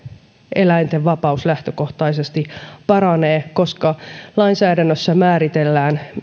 eläinten vapaus lähtökohtaisesti paranee koska lainsäädännössä määritellään